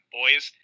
boys